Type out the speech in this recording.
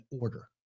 order